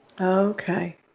Okay